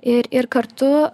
ir ir kartu